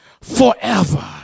forever